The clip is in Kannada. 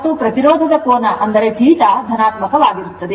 ಮತ್ತು ಪ್ರತಿರೋಧದ ಕೋನ ಅಂದರೆ θ ಧನಾತ್ಮಕವಾಗಿರುತ್ತದೆ